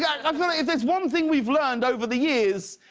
yeah um and is is one thing we've learned over the years,